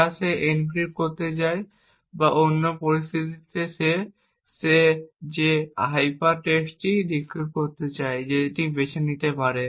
যা সে এনক্রিপ্ট করতে চায় বা অন্য পরিস্থিতিতে সে যে সাইফার টেক্সটটি ডিক্রিপ্ট করতে চায় সেটি বেছে নিতে পারে